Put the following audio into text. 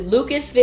Lucas